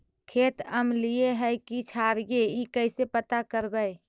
खेत अमलिए है कि क्षारिए इ कैसे पता करबै?